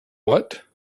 what